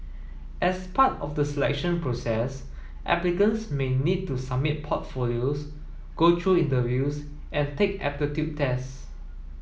as part of the selection process applicants may need to submit portfolios go through interviews and take aptitude tests